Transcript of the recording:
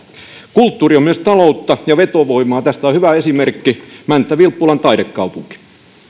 kulttuuri on myös taloutta ja vetovoimaa tästä on hyvä esimerkki mänttä vilppulan taidekaupunki